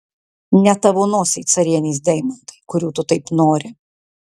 ne tavo nosiai carienės deimantai kurių tu taip nori